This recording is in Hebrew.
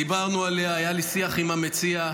דיברנו עליה, היה לי שיח עם המציע.